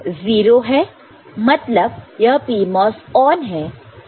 तो यह 0 है मतलब यह PMOS ऑन है